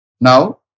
Now